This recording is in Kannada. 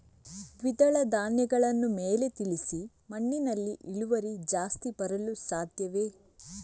ದ್ವಿದಳ ಧ್ಯಾನಗಳನ್ನು ಮೇಲೆ ತಿಳಿಸಿ ಮಣ್ಣಿನಲ್ಲಿ ಇಳುವರಿ ಜಾಸ್ತಿ ಬರಲು ಸಾಧ್ಯವೇ?